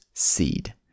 seed